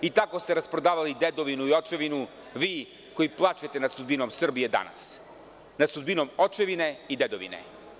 Tako ste rasprodavali dedovinu i očevinu, vi koji plačete nad sudbinom Srbije danas, nad sudbinom očevine i dedovine.